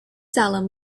salem